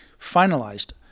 finalized